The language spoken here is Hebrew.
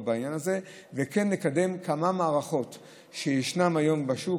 בעניין הזה ולקדם כמה מערכות שיש היום בשוק,